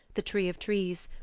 the tree of trees,